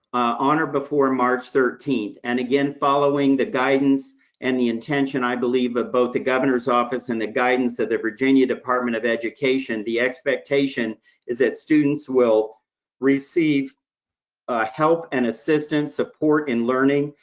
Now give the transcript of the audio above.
on or before march thirteenth. and again, following the guidance and the intention, i believe, of both the governor's office and the guidance of the virginia department of education, the expectation is that students will receive ah help and assistance, support in learning,